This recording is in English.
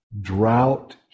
drought